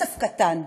כסף קטן.